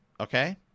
okay